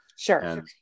Sure